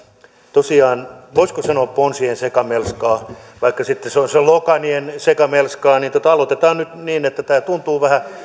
tosiaan tätä voisiko sanoa ponsien sekamelskaa tai vaikka sitten sloganien sekamelskaa niin aloitetaan nyt niin että tämä tuntuu vähän